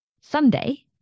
Sunday